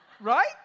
right